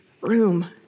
room